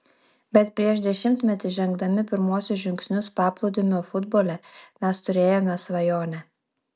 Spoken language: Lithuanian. bet prieš dešimtmetį žengdami pirmuosius žingsnius paplūdimio futbole mes turėjome svajonę